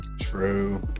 True